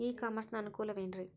E commerce ನ ಅನುಕೂಲವೇನ್ರೇ?